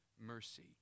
mercy